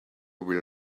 will